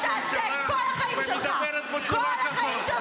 בושה שאת שרה בממשלה שאת מדברת בצורה כזאת.